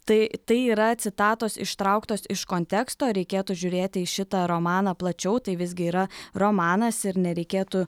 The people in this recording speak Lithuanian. tai tai yra citatos ištrauktos iš konteksto reikėtų žiūrėti į šitą romaną plačiau tai visgi yra romanas ir nereikėtų